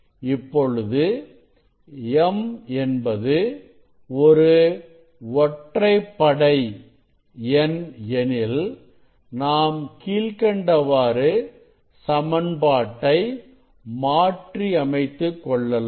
இப்பொழுது m என்பது ஒரு ஒற்றைப்படை எண் எனில் நாம் கீழ்க்கண்டவாறு சமன்பாட்டை மாற்றி அமைத்துக் கொள்ளலாம்